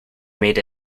made